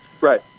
Right